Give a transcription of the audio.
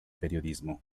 periodismo